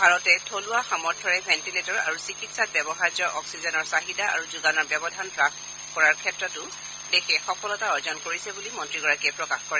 ভাৰতে থলুৱা সামৰ্থৰে ভেণ্টিলেটৰ আৰু চিকিৎসাত ব্যৱহাৰ্য অক্সিজেনৰ চাহিদা আৰু যোগানৰ ব্যৱধান হ্ৰাস কৰাৰ ক্ষেত্ৰটো দেশে সফলতা অৰ্জন কৰিছে বুলি মন্ত্ৰীগৰাকীয়ে প্ৰকাশ কৰে